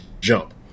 jump